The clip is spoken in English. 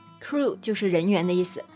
Crew就是人员的意思。